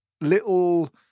little